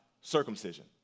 circumcision